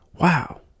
wow